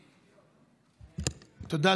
תודה.